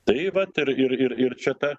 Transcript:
tai vat ir ir ir čia ta